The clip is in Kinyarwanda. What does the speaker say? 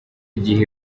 gihe